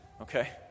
Okay